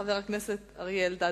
חבר הכנסת אריה אלדד,